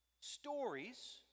stories